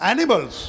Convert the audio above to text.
Animals